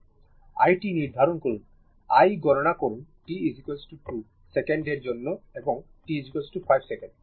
i t নির্ধারণ করুন i গণনা করুন t 2 সেকেন্ড এর জন্য এবং t 5 সেকেন্ড